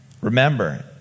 Remember